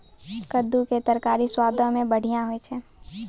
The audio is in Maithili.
कद्दू के तरकारी स्वादो मे बढ़िया होय छै